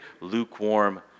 lukewarm